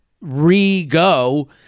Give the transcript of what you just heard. re-go